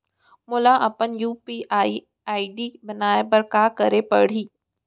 मोला अपन UPI ID बनाए बर का करे पड़ही?